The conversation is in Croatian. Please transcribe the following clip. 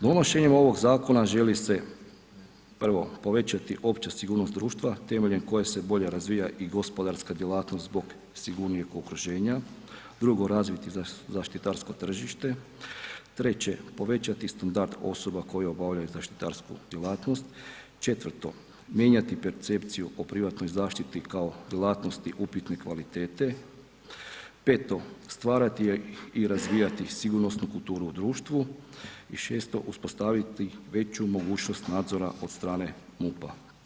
Donošenjem ovog zakona želi se: 1. povećati opća sigurnost društva temeljem koje se bolje razvija i gospodarska djelatnost zbog sigurnijeg okruženja, 1. razviti zaštitarsko tržište, 1. povećati standard osoba koje obavljaju zaštitarsku djelatnost, 1. mijenjati percepciju o privatnoj zaštiti kao djelatnosti upitne kvalitete, 1. stvarati i razvijati sigurnosnu kulturu u društvu i 1. uspostaviti veću mogućnost nadzora od strane MUP-a.